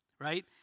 right